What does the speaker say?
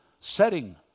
setting